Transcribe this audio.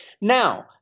Now